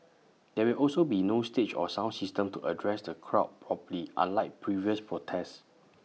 there will also be no stage or sound system to address the crowd properly unlike previous protests